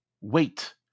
wait